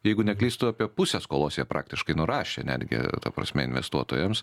jeigu neklystu apie pusę skolose jie praktiškai nurašė netgi ta prasme investuotojams